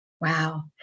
wow